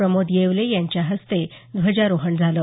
प्रमोद येवले यांच्या हस्ते ध्वजारोहण झालं